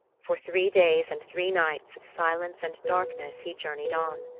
for three days and three nights of silence and darkness he journeyed on.